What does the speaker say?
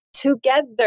together